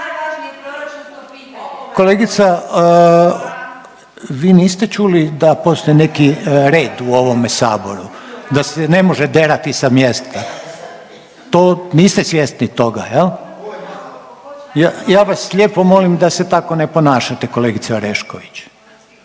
Kolegice vi niste čuli da postoji neki red u ovome Saboru da se ne može derati sa mjesta? To niste svjesni toga? Ja vas lijepo molim da se tako ne ponašate kolegice Orešković.